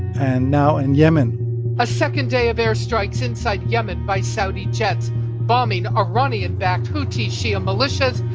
and now in yemen a second day of airstrikes inside yemen by saudi jets bombing iranian-backed houthi shia militias,